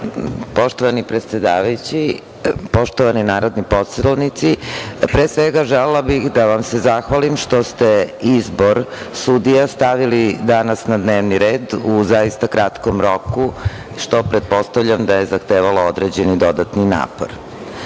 dan. Poštovani predsedavajući, poštovani narodni poslanici, pre svega želela bih da vam se zahvalim što ste izbor sudija stavili danas na dnevni red u zaista kratkom roku, što pretpostavljam da je zahtevalo određeni dodatni napor. Na